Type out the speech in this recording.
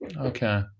Okay